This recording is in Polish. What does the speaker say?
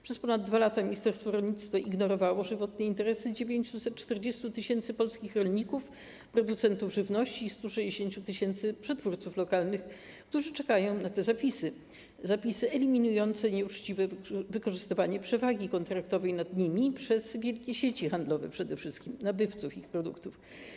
Przez ponad 2 lata ministerstwo rolnictwa ignorowało żywotne interesy 940 tys. polskich rolników, producentów żywności i 160 tys. przetwórców lokalnych, którzy czekają na te zapisy, zapisy eliminujące nieuczciwe wykorzystywanie przewagi kontraktowej nad nimi przez przede wszystkim wielkie sieci handlowe, nabywców ich produktów.